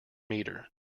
metre